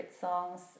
songs